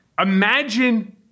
imagine